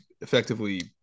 effectively